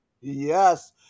Yes